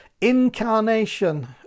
incarnation